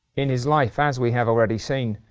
in his life, as we have already seen,